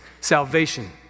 salvation